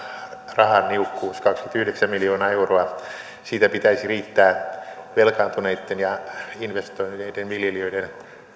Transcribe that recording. rahan niukkuus kaksikymmentäyhdeksän miljoonaa euroa siitä pitäisi riittää velkaantuneitten ja investoineiden viljelijöiden